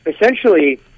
essentially